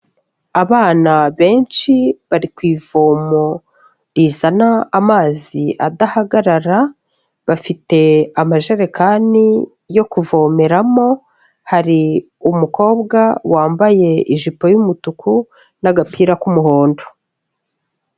Abana benshi bari ku ivomo rizana amazi adahagarara, bafite amajerekani yo kuvomeramo, hari umukobwa wambaye ijipo y'umutuku n'agapira k'umuhondo.